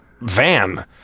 van